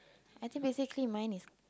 I think basically mine is